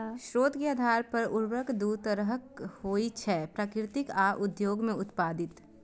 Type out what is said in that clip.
स्रोत के आधार पर उर्वरक दू तरहक होइ छै, प्राकृतिक आ उद्योग मे उत्पादित